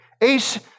Ace